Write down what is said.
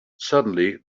suddenly